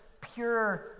pure